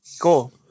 Cool